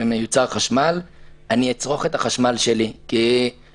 ומיוצר חשמל אני אצרוך את החשמל שלי,